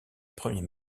premier